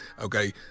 okay